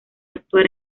actuar